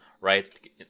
right